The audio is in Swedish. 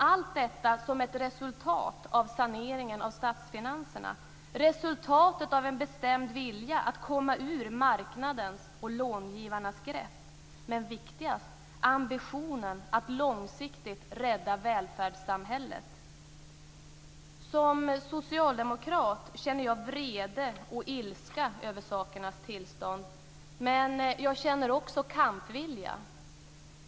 Allt detta är resultatet av saneringen av statsfinanserna, resultatet av en bestämd vilja att komma ur marknadens och långivarnas grepp, men viktigast, ambitionen att långsiktigt rädda välfärdssamhället. Som socialdemokrat känner jag vrede och ilska över sakernas tillstånd. Men jag känner också kampvilja.